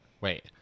wait